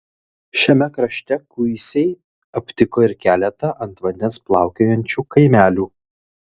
šiame krašte kuisiai aptiko ir keletą ant vandens plaukiojančių kaimelių